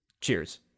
Cheers